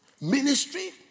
Ministry